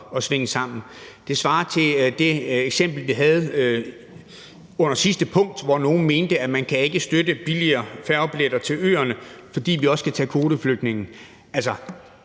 at svinge sammen. Det svarer til det eksempel, vi havde under det forrige punkt, hvor nogle mente, at man ikke kan støtte billigere færgebilletter til øerne, fordi vi også skal tage kvoteflygtninge.